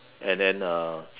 and then a